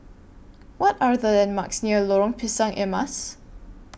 What Are The landmarks near Lorong Pisang Emas